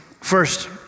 First